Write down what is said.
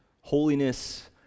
Holiness